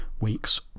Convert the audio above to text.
Week's